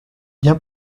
bien